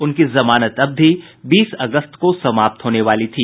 उनकी जमानत अवधि बीस अगस्त को समाप्त होने वाली थी